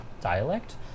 dialect